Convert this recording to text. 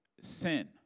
sin